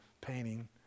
painting